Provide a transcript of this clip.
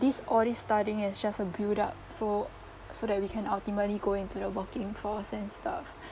these all these studying is just a build up so so that we can ultimately go into the working force and stuff